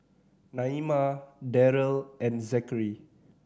Naima Darell and Zachary